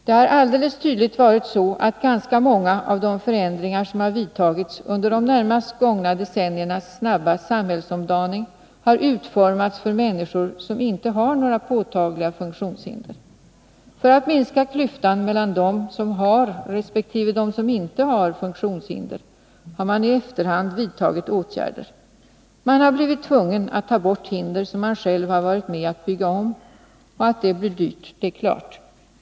Det har alldeles tydligt varit så, att ganska många av de förändringar som har vidtagits under de närmast gångna decenniernas snabba samhällsomdaning har utformats för människor som inte har några påtagliga funktionshinder. För att minska klyftan mellan dem som har resp. dem som inte har funktionshinder har man i efterhand vidtagit åtgärder. Man har blivit tvungen att ta bort hinder som man själv har varit med om att bygga upp. Att det blir dyrt är klart.